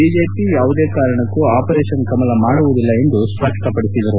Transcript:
BJP ಯಾವುದೇ ಕಾರಣಕ್ಕೂ operation Kamala ಮಾಡುವುದಿಲ್ಲ ಎಂದು ಸ್ಪಷ್ಟಪಡಿಸಿದರು